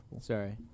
Sorry